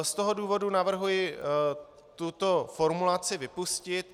Z toho důvodu navrhuji tuto formulaci vypustit.